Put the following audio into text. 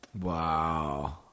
Wow